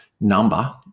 number